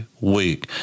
week